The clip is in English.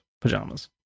pajamas